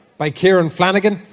by kieran flanagan,